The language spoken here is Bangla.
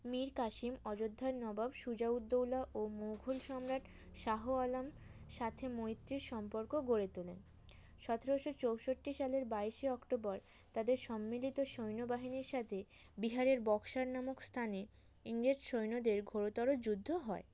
মীর কাশিম অযোধ্যার নবাব সুজাউদ্দৌল্লা ও মুঘল সম্রাট শাহ আলম সাথে মৈত্রীর সম্পর্ক গড়ে তোলেন সতেরোশো চৌষট্টি সালের বাইশে অক্টোবর তাদের সম্মিলিত সৈন্যবাহিনীর সাথে বিহারের বক্সার নামক স্থানে ইংরেজ সৈন্যদের ঘোরতর যুদ্ধ হয়